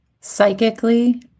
psychically